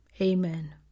Amen